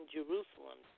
Jerusalem